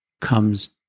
comes